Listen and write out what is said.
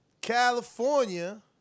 California